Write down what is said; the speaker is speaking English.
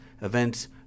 events